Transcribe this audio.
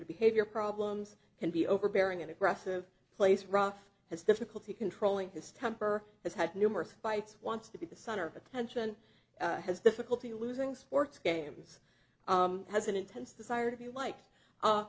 o behavior problems can be overbearing and aggressive place rough has difficulty controlling his temper has had numerous fights wants to be the center of attention has difficulty losing sports games has an intense desire to be like